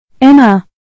emma